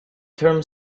term